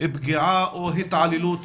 פגיעה או התעללות